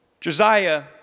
Josiah